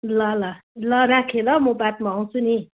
ल ल ल राखेँ ल म बादमा आउँछु नि